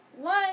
One